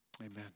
amen